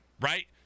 right